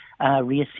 reassess